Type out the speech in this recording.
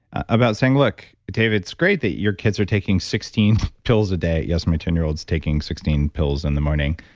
about saying, look, dave it's great that your kids are taking sixteen pills a day. yes, my ten year old's taking sixteen pills in the morning,